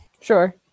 Sure